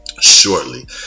shortly